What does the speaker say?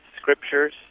scriptures